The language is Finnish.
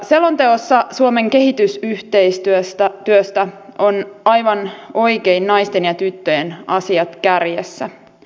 selonteossa suomen kehitysyhteistyöstä on aivan oikein naisten ja tyttöjen asiat kärjessä